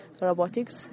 Robotics